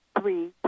three